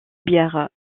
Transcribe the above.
bière